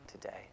today